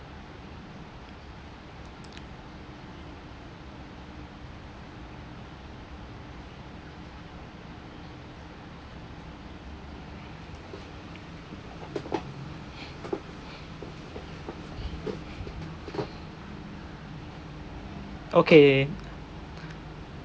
okay